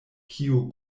kiu